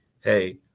hey